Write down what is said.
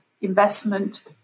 investment